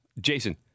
Jason